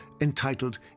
entitled